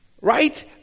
Right